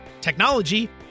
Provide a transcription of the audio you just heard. technology